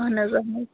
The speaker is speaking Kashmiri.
اہن حظ اہن حظ